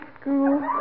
school